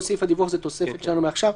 כל סעיף הדיווח זה תוספת שלנו מעכשיו.